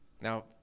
Now